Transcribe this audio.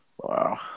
Wow